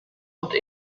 und